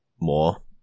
more